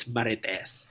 Marites